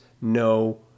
no